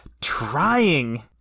trying